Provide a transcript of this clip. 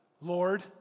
Lord